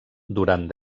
durant